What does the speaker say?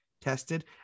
tested